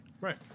right